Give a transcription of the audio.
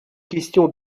questions